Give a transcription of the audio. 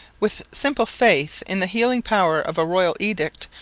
with simple faith in the healing power of a royal edict,